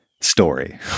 story